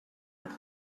with